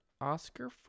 Oscar